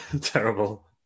terrible